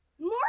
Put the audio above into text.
more